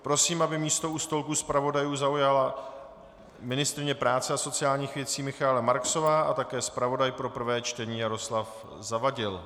Prosím, aby místo u stolku zpravodajů zaujala ministryně práce a sociálních věcí Michaela Marksová a také zpravodaj pro prvé čtení Jaroslav Zavadil.